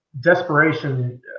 desperation